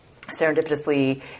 serendipitously